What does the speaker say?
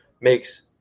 makes –